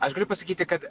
aš galiu pasakyti kad